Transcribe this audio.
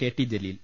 K T Jaleel